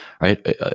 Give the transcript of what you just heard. Right